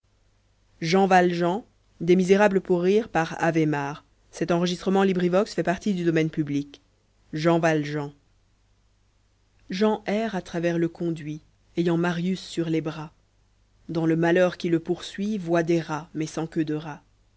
jean valjean jean erre à travers le conduit ayant marius sur les bras dans le malheur qui le poursuit voit des rats mais sans queue de rats